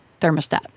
thermostat